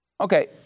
Okay